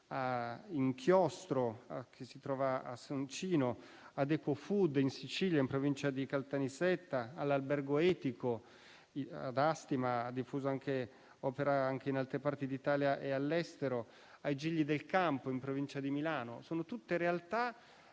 Inchiostro, che si trova a Soncino; penso ad Equo Food in Sicilia, in Provincia di Caltanissetta; all'Albergo etico ad Asti, ma che opera anche in altre parti d'Italia e all'estero; ai Gigli del Campo, in Provincia di Milano. Sono tutte realtà